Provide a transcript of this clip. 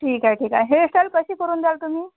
ठीक आहे ठीक आहे हेर्स्टाईल कशी करून द्याल तुम्ही